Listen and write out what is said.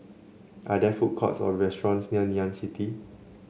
are there food courts or restaurants near Ngee Ann City